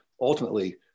Ultimately